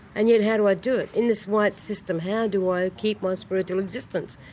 and yet how do i do it? in this white system how do i keep my spiritual existence?